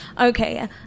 okay